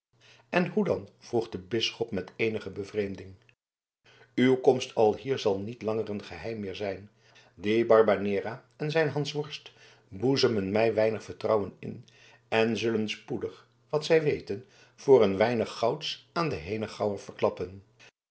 en hoe dat vroeg de bisschop met eenige bevreemding uw komst alhier zal niet langer een geheim meer zijn die barbanera en zijn hansworst boezemen mij weinig vertrouwen in en zullen spoedig wat zij weten voor een weinig gouds aan den henegouwer verklappen